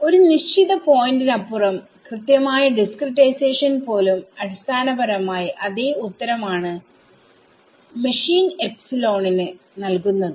ഒരു നിശ്ചിത പോയിന്റിനപ്പുറം കൃത്യമായ ഡിസ്ക്രിടൈസേഷൻ പോലും അടിസ്ഥാനപരമായി അതേ ഉത്തരം ആണ് മെഷീൻ എപ്സിലോണിന്നൽകുന്നത്